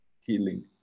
healing